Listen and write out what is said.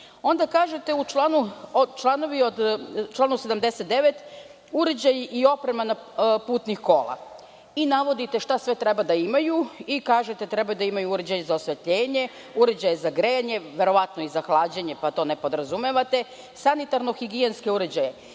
onda u članu 79. – uređaj i oprema putnih kola i navodite šta sve treba da imaju. Kažete da treba da imaju uređaj za osvetljenje, uređaje za grejanje, verovatno i za glađenje, pa to ne podrazumevate, sanitarno higijenske uređaje.